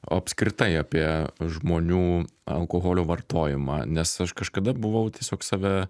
o apskritai apie žmonių alkoholio vartojimą nes aš kažkada buvau tiesiog save